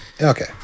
Okay